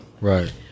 right